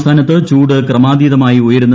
സംസ്ഥാനത്ത് ചൂട് ക്രമാതീതമായി ഉയരുന്നു